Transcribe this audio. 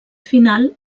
final